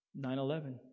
9-11